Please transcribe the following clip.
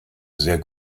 sehr